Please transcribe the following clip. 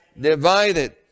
Divided